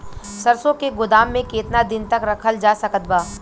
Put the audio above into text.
सरसों के गोदाम में केतना दिन तक रखल जा सकत बा?